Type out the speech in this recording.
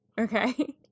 Okay